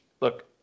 look